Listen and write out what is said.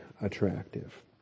attractive